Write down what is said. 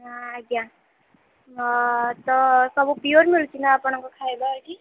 ନା ଆଜ୍ଞା ମୋର ତ ସବୁ ପିୟୋର୍ ମିଳୁଛି ନା ଆପଣଙ୍କ ଖାଇବା ଏଠି